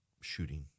Shooting